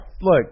Look